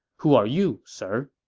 who are you, sir?